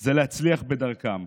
זה להצליח בדרכם.